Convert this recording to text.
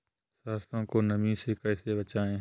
सरसो को नमी से कैसे बचाएं?